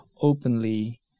openly